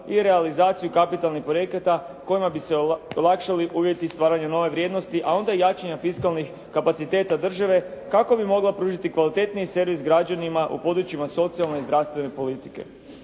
i realizaciju kapitalnih projekata kojima bi se olakšali uvjeti stvaranja nove vrijednosti, a onda i jačanja fiskalnih kapaciteta države kako bi mogla pružiti kvalitetniji servis građanima u područjima socijalne i zdravstvene politike.